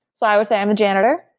so i would say i'm a janitor,